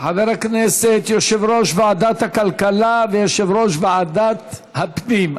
חבר הכנסת יושב-ראש ועדת הכלכלה ויושב-ראש ועדת הפנים,